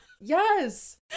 Yes